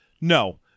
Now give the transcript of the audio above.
no